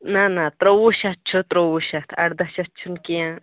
نَہ نَہ ترٛوٚوُہ شٮ۪تھ چھُ ترٛوٚوُہ شٮ۪تھ اَردَہ شٮ۪ٹھ چھُنہٕ کیٚنٛہہ